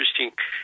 interesting